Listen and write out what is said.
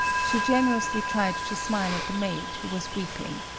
she generously tried to smile at the maid, who was weeping.